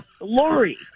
Lori